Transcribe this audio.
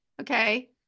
Okay